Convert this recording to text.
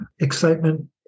excitement